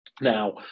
Now